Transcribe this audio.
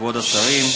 כבוד השרים,